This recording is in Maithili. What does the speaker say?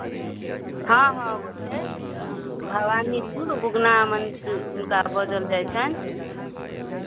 हँ हँ ओ छै भवानीपुर उगना मन्दिर हुनका बजल जाइ छनि